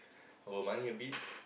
our money a bit